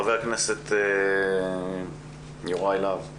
חבר הכנסת יוראי להב.